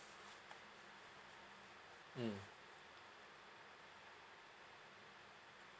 mm